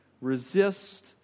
Resist